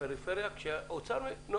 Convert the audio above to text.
פריפריה כשהאוצר לא